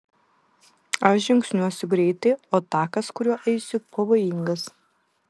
aš žingsniuosiu greitai o takas kuriuo eisiu pavojingas